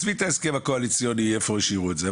עזבי את ההסכם הקואליציוני איפה השאירו את זה,